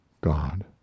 God